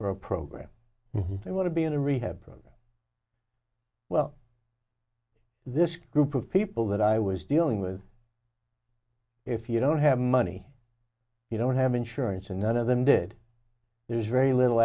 for a program they want to be in a rehab program well this group of people that i was dealing with if you don't have money you don't have insurance and none of them did there's very little